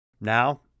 Now